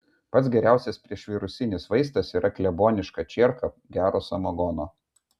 pats geriausias priešvirusinis vaistas yra kleboniška čierka gero samagono